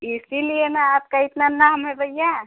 इसीलिए ना आपका इतना नाम है भैया